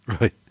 Right